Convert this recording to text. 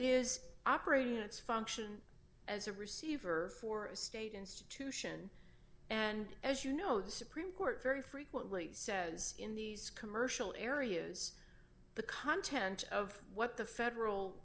is operating in its function as a receiver for a state institution and as you know the supreme court very frequently says in these commercial areas the content of what the federal